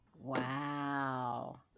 Wow